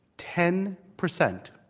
ten percent.